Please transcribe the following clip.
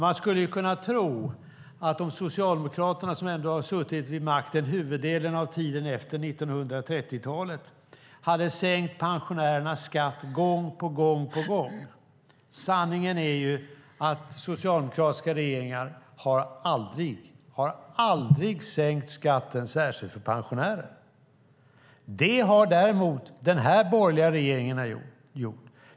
Man skulle kunna tro att Socialdemokraterna, som ändå har suttit vid makten huvuddelen av tiden efter 1930-talet, hade sänkt pensionärernas skatt gång på gång på gång. Sanningen är att socialdemokratiska regeringar aldrig, aldrig, har sänkt skatten särskilt för pensionärer. Det har däremot den här borgerliga regeringen gjort.